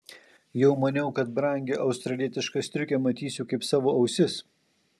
jau maniau kad brangią australietišką striukę matysiu kaip savo ausis